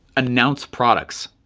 announce products.